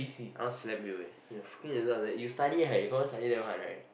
I wanna slam you eh your fucking result like that you study hard you confirm study damn hard right